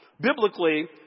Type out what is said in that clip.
Biblically